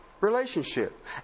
relationship